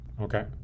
Okay